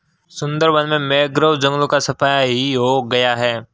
सुंदरबन में मैंग्रोव जंगलों का सफाया ही हो गया है